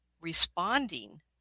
responding